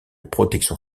protection